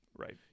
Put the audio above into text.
Right